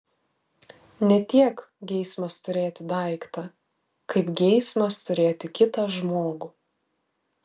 ne tiek geismas turėti daiktą kaip geismas turėti kitą žmogų